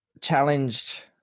challenged